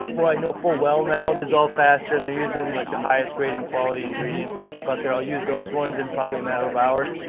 well i know full well now dissolve faster and they're using like the highest grading quality ingredients and stuff out there. i'll use those ones in probably a matter of hours,